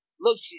Look